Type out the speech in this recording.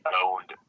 owned